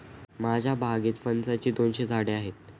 माझ्या बागेत फणसाची दोनशे झाडे आहेत